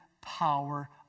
power